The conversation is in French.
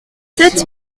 sept